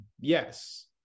yes